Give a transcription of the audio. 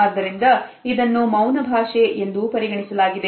ಆದ್ದರಿಂದ ಇದನ್ನು ಮೌನ ಭಾಷೆ ಎಂದು ಪರಿಗಣಿಸಲಾಗಿದೆ